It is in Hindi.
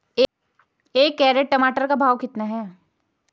एक कैरेट टमाटर का भाव कितना है?